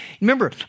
Remember